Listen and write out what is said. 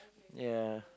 ya